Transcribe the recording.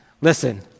Listen